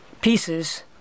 pieces